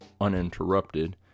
uninterrupted